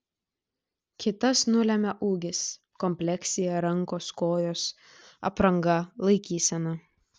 kitas nulemia ūgis kompleksija rankos kojos apranga laikysena